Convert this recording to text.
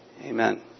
amen